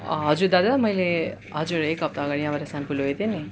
हजुर दादा मैले हजुर एक हप्ता अगाडि यहाँबाट स्याम्पो लगेको थिएँ नि